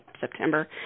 September